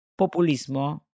populismo